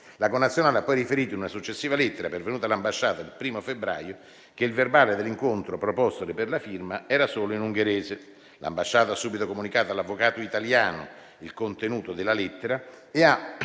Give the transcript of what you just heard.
La connazionale ha poi riferito, in una successiva lettera pervenuta all'ambasciata il 1° febbraio, che il verbale dell'incontro propostole per la firma era solo in ungherese; l'ambasciata ha subito comunicato all'avvocato italiano il contenuto della lettera e ha